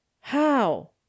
How